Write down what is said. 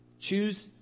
Choose